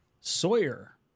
Sawyer